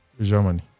Germany